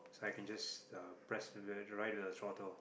so I can just uh press then ride the throttle